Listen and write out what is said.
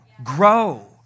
Grow